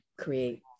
create